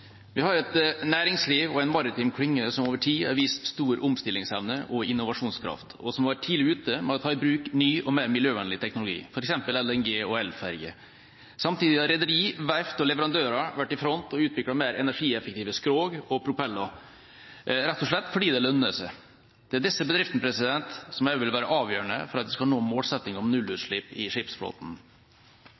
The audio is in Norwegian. mer miljøvennlig teknologi, f.eks. LNG- og elferge. Samtidig har rederier, verft og leverandører vært i front og utviklet mer energieffektive skrog og propeller, rett og slett fordi det lønner seg. Det er disse bedriftene som også vil være avgjørende for at vi skal nå målsettingen om nullutslipp i skipsflåten.